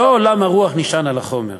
לא עולם הרוח נשען על החומר.